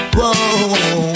Whoa